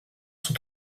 sont